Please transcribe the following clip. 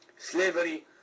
Slavery